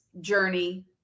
journey